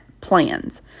plans